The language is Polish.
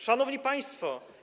Szanowni Państwo!